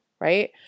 right